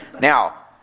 Now